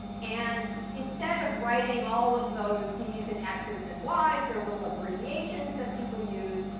and instead of writing all of those d's and x's and y's, they're little abbreviations that people use.